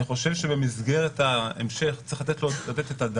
אני חושב שבמסגרת ההמשך, צריך לתת עליו את הדעת.